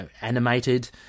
animated